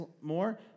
more